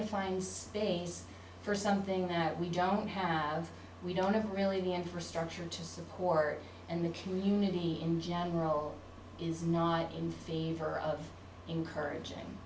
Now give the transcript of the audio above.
to find space for something that we don't have we don't have really the infrastructure to support and the community in general is not in favor of encouraging